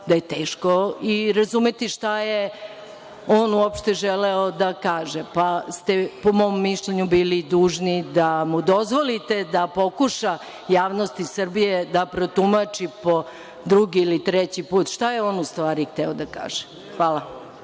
da je teško razumeti šta je on uopšte želeo da kaže, pa ste, po mom mišljenju, bili dužni da mu dozvolite da pokuša javnosti Srbije da protumači po drugi ili treći put šta je on u stvari hteo da kaže. Hvala. Neću